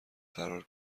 فرار